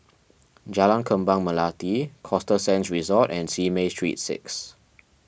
Jalan Kembang Melati Costa Sands Resort and Simei Street six